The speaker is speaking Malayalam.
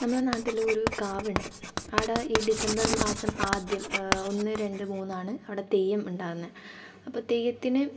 നമ്മളെ നാട്ടിൽ ഒരു കാവുണ്ട് അവിടെ ഈ ഡിസംബർ മാസം ആദ്യം ഒന്ന് രണ്ട് മൂന്നാണ് അവിടെ തെയ്യം ഉണ്ടാകുന്നത് അപ്പം തെയ്യത്തിന്